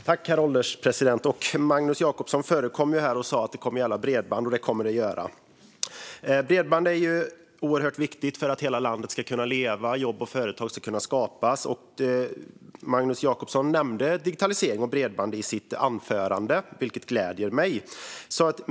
Herr ålderspresident! Magnus Jacobsson förekom mig och sa att det här kommer att gälla bredband, och det kommer det att göra. Bredband är ju oerhört viktigt för att hela landet ska kunna leva och jobb och företag ska kunna skapas. Magnus Jacobsson nämnde digitalisering och bredband i sitt anförande, vilket gladde mig.